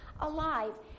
alive